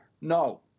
no